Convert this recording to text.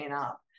up